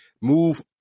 move